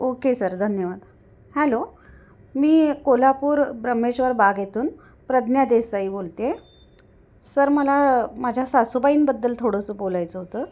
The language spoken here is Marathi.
ओके सर धन्यवाद हॅलो मी कोल्हापूर ब्रह्मेश्वर बाघेतून प्रज्ञा देसाई बोलतेय सर मला माझ्या सासूबाईंबद्दल थोडंसं बोलायचं होतं